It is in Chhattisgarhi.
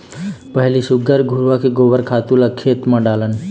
पहिली सुग्घर घुरूवा के गोबर खातू ल खेत म डालन